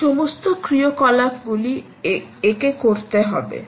এই সমস্ত ক্রিয়াকলাপগুলি একে করতে হবে